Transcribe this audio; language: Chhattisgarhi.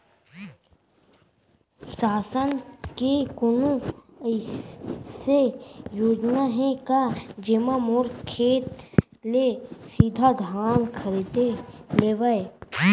शासन के कोनो अइसे योजना हे का, जेमा मोर खेत ले सीधा धान खरीद लेवय?